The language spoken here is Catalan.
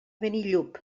benillup